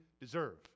deserve